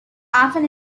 often